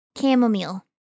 chamomile